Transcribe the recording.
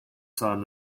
son